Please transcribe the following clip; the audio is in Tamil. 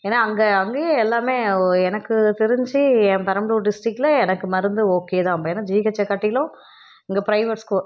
ஏன்னா அங்கே அங்கேயும் எல்லாம் எனக்கு தெரிஞ்சி என் பெரம்பலூர் டிஸ்ட்டிகில் எனக்கு மருந்து ஓகே தான் ஏன்னா ஜிஹெச்சை காட்டிலும் இங்கே ப்ரைவேட் ஸ்கூ